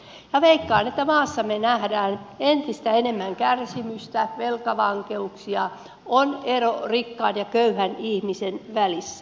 minä veikkaan että maassamme nähdään entistä enemmän kärsimystä velkavankeuksia on ero rikkaan ja köyhän ihmisen välissä